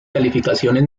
calificaciones